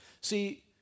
See